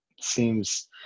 seems